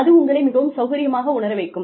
அது உங்களை மிகவும் சௌகரியமாக உணர வைக்கும்